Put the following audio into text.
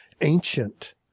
ancient